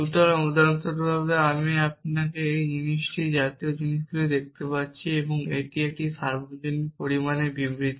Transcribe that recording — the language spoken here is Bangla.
সুতরাং উদাহরণস্বরূপ আমি আপনাকে বা এই জাতীয় জিনিসগুলি দেখতে পাচ্ছি এবং এটি একটি সর্বজনীন পরিমাণে বিবৃতি